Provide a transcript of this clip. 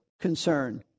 concern